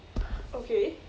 okay